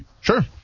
Sure